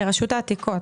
ברשות העתיקות.